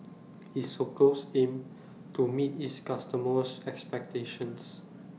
isocals Aim to meet its customers' expectations